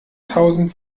tausend